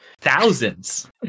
Thousands